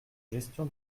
gestion